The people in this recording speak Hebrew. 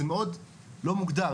זה מאוד לא מוגדר.